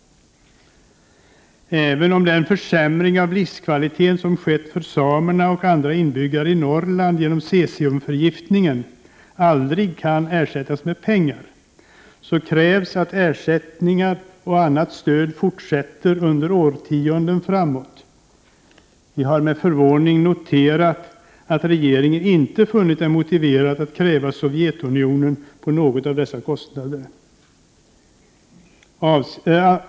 Även om den försämring av livskvaliteten som skett för samerna och andra inbyggare i Norrland genom cesiumförgiftningen aldrig kan ersättas med pengar, krävs att ersättningar och annat stöd fortsätter under årtionden framåt. Vi har med förvåning noterat att regeringen inte funnit det motiverat att kräva Sovjetunionen på dessa kostnader.